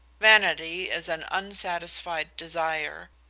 vanity is an unsatisfied desire,